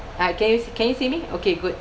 ah can you s~ can you see me okay good